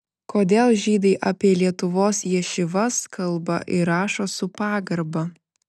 kodėl žydai apie lietuvos ješivas kalba ir rašo su pagarba